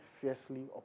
fiercely